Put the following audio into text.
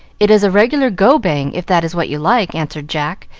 it is a regular go-bang, if that is what you like, answered jack,